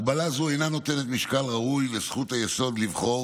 הגבלה זו אינה נותנת משקל ראוי לזכות היסוד לבחור